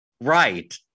right